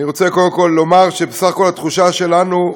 אני רוצה קודם כול לומר שבסך הכול התחושה שלנו,